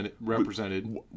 represented